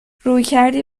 رویکردی